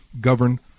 govern